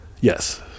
Yes